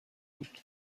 بود